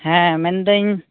ᱦᱮᱸ ᱢᱮᱱᱮᱫᱟᱹᱧ